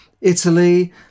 Italy